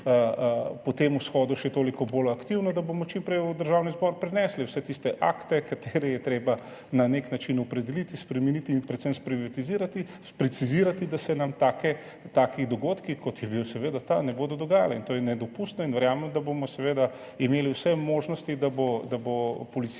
po tem shodu še toliko bolj aktivno, da bomo čim prej v Državni zbor prinesli vse tiste akte, katere je treba na nek način opredeliti, spremeniti in predvsem precizirati, da se nam taki dogodki, kot je bil seveda ta, ne bodo dogajali. To je nedopustno. Verjamem, da bomo seveda imeli vse možnosti, da bo policija